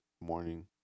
morning